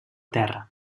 terra